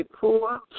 poor